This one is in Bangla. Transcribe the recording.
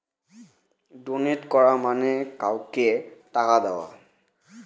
ডোনেট করা মানে কাউকে টাকা দেওয়া